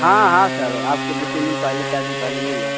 हाँ हाँ सर आपको दो तीन दिन पहले चार दिन पहले मिल जाए